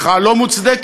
מחאה לא מוצדקת,